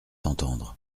entendre